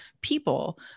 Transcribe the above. people